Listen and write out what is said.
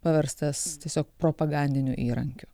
paverstas tiesiog propagandiniu įrankiu